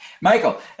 Michael